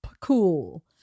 Cool